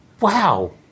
Wow